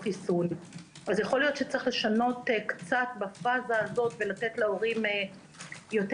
אז יכול להיות שצריך לשנות בפאזה הזאת ולתת להורים יותר